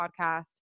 Podcast